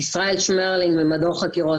ישראל שמרלינג ממדור חקירות,